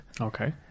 Okay